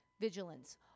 Vigilance